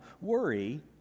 Worry